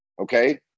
Okay